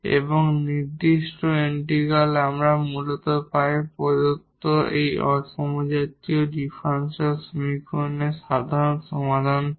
এবং নির্দিষ্ট ইন্টিগ্রাল আমরা মূলত পাই প্রদত্ত এই নন হোমোজিনিয়াস ডিফারেনশিয়াল সমীকরণের সাধারণ সমাধান থেকে